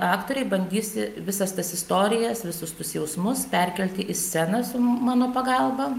aktoriai bandysi visas tas istorijas visus tuos jausmus perkelti į sceną su mano pagalba